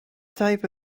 type